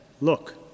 Look